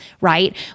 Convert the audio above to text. right